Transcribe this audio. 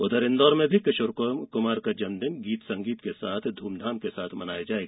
उधर इंदौर में भी किशोर कुमार का जन्म दिन गीत संगीत के साथ धूमधाम से मनाया जाएगा